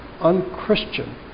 unchristian